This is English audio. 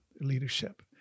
leadership